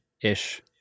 ish